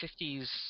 50s